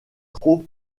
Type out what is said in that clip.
trop